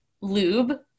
Lube